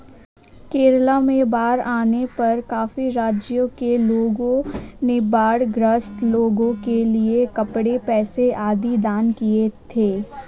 केरला में बाढ़ आने पर काफी राज्यों के लोगों ने बाढ़ ग्रस्त लोगों के लिए कपड़े, पैसे आदि दान किए थे